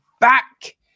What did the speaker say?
back